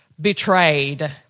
Betrayed